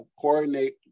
coordinate